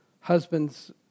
husbands